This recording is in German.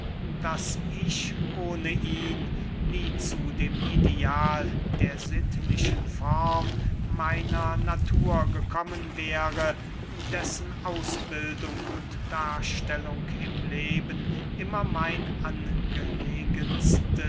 daß ich ohne ihn nie zu dem ideal der sittlichen form meiner natur gekommen wäre dessen ausbildung und darstellung im leben immer mein angelegenstes